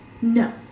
No